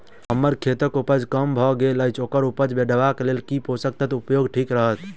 हम्मर खेतक उपज कम भऽ गेल अछि ओकर उपज बढ़ेबाक लेल केँ पोसक तत्व केँ उपयोग ठीक रहत?